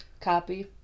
copy